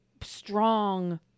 strong